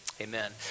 amen